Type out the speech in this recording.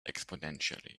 exponentially